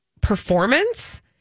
performance